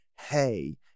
hey